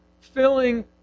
filling